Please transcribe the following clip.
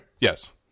Yes